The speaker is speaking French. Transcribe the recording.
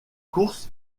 courses